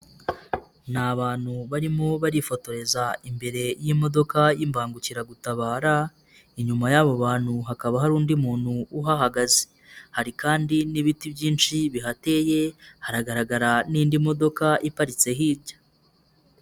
Ni abantu barimo barifotoreza imbere y'imodoka y'imbangukiragutabara, inyuma y'abo bantu hakaba hari undi muntu uhahagaze, hari kandi n'ibiti byinshi bihateye, haragaragara n'indi modoka iparitse hirya.